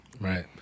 Right